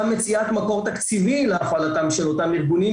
גם מציאת מקור תקציבי להחלתם של אותם ארגונים,